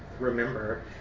remember